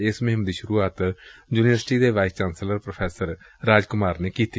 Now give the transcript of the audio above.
ਏਸ ਮੁਹਿੰਮ ਦੀ ਸ੍ਹਰੂਆਤ ਯੁਨੀਵਰਸਿਟੀ ਦੇ vice chancellor prof Raj Kumar ਨੇ ਕੀਤੀ